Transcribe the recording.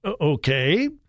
Okay